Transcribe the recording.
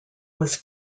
was